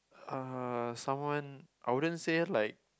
uh someone I wouldn't say like